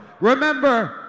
Remember